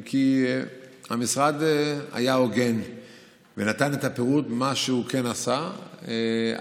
אם כי המשרד היה הוגן ונתן את הפירוט של מה שהוא כן עשה עד,